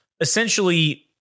essentially